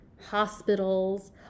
hospitals